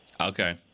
Okay